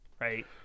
Right